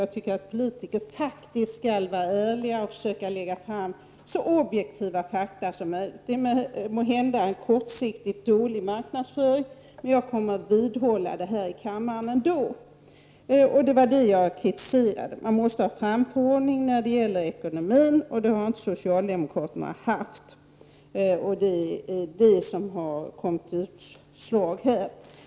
Jag tycker faktiskt att politiker skall vara ärliga och försöka lägga fram så objektiva fakta som möjligt. Det är måhända kortsiktigt en dålig marknadsföring, men jag kommer ändå att vidhålla det här i kammaren. Man måste ha framförhållning när det gäller ekonomin, och det har inte socialdemokraterna haft. Det är det som har givit utslag här.